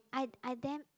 I I damn